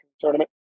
tournament